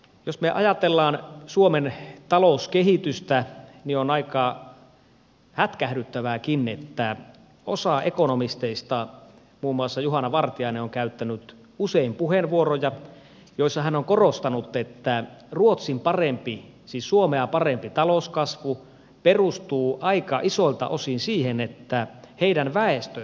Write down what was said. jos me ajattelemme suomen talouskehitystä niin on aika hätkähdyttävääkin että osa ekonomisteista sanoo muun muassa juhana vartiainen on käyttänyt usein puheenvuoroja joissa hän on tätä korostanut että ruotsin parempi siis suomea parempi talouskasvu perustuu aika isoilta osin siihen että heidän väestönsä kasvaa